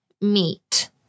meet